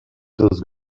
those